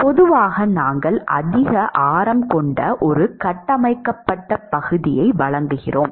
பொதுவாக நாங்கள் அதிக ஆரம் கொண்ட ஒரு கட்டமைக்கப்பட்ட பகுதியை வழங்குகிறோம்